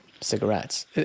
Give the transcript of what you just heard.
cigarettes